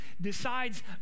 decides